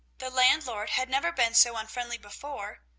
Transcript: the landlord had never been so unfriendly before.